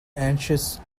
anxious